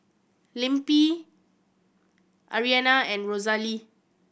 Lempi Ariana and Rosalee